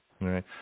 right